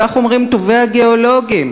כך אומרים טובי הגיאולוגים,